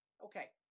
Okay